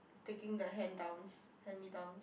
taking the hand downs hand me downs